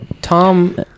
Tom